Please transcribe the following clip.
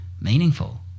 meaningful